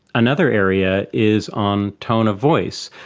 another area is on tone of voice,